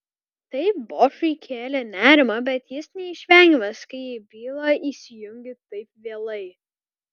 tai bošui kėlė nerimą bet jis neišvengiamas kai į bylą įsijungi taip vėlai